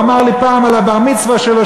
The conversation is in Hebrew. הוא אמר לי פעם על הבר-מצווה שלו,